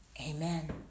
Amen